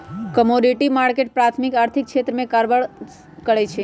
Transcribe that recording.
commodity market प्राथमिक आर्थिक क्षेत्र में कारबार करै छइ